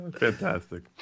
Fantastic